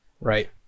Right